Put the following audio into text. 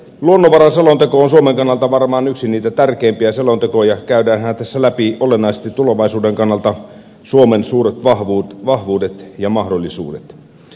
luonnonvaraselonteko on suomen kannalta varmaan yksi niitä tärkeimpiä selontekoja käydäänhän tässä läpi olennaisesti tulevaisuuden kannalta suomen suuret vahvuudet ja mahdollisuudet